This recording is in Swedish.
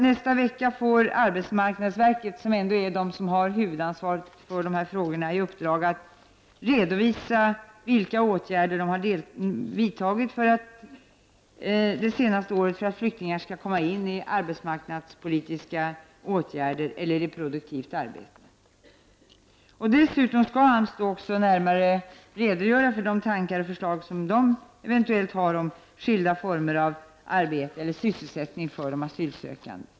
Nästa vecka får arbetsmarknadsstyrelsen — som ändå har ansvaret i frågorna — i uppdrag att redovisa vilka åtgärder man vidtagit det senaste året för att flyktingar skall komma in i arbetsmarknadspolitiska åtgärder eller i produktivt arbete. Dessutom skall AMS då närmare redogöra för de tankar och förslag man har om skilda former av arbete eller sysselsättning för asylsökande.